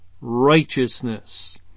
righteousness